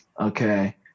Okay